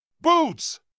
Boots